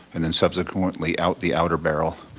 and then subsequently out the outer barrel,